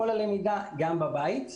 אפשרות לכל הלמידה גם בבית;